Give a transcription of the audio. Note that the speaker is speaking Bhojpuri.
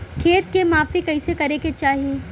खेत के माफ़ी कईसे करें के चाही?